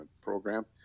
program